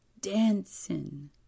dancing